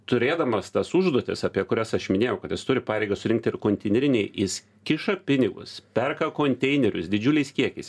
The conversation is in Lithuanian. turėdamas tas užduotis apie kurias aš minėjau kad jis turi pareigą surinkti ir konteinerinėj jis kiša pinigus perka konteinerius didžiuliais kiekiais